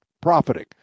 profiting